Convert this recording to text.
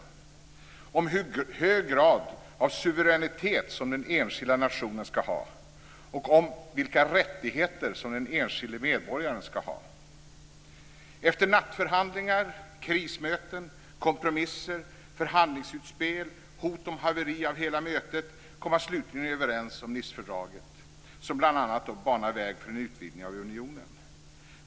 Det handlar om hur hög grad av suveränitet som den enskilda nationen ska ha och om vilka rättigheter som den enskilde medborgaren ska ha. Efter nattförhandlingar, krismöten, kompromisser, förhandlingsutspel och hot om haveri av hela mötet kom man slutligen överens om Nicefördraget, som bl.a. banar väg för en utvidgning av unionen.